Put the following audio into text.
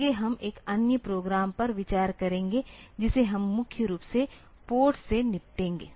आगे हम एक अन्य प्रोग्राम पर विचार करेंगे जिसे हम मुख्य रूप से पोर्ट्स से निपटेंगे